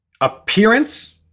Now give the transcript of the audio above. Appearance